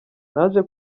naje